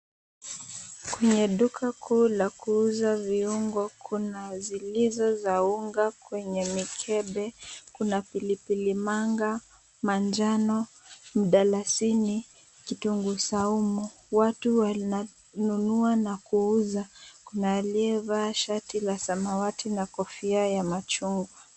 Kwenye duka kuu la kuuza viungo kuna zilizo za unga kwenye mikebe, kuna pilipili manga, manjano, mdalasini, kitunguu saumu. Watu wananunua na kuuza. Kuna aliyevaa shati la samawati na kofia la machungwa.